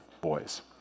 boys